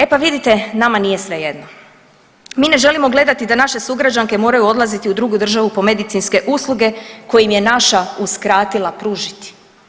E pa vidite nama nije svejedno, mi ne želimo gledati da naše sugrađanke moraju odlaziti u drugu državu po medicinske usluge koje im je naša uskratila pružiti.